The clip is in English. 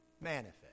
manifest